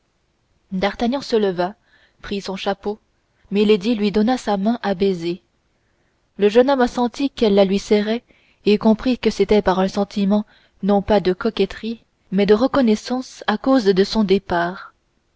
d'artagnan se leva et prit son chapeau milady lui donna sa main à baiser le jeune homme sentit qu'elle la lui serrait et comprit que c'était par un sentiment non pas de coquetterie mais de reconnaissance à cause de son départ